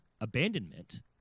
abandonment